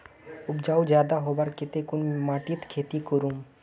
उपजाऊ ज्यादा होबार केते कुन माटित खेती करूम?